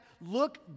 look